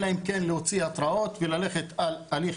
אלא אם כן להוציא התראות וללכת על הליך